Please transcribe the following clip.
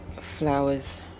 flowers